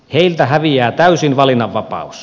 heiltä häviää täysin valinnanvapaus